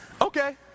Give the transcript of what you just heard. Okay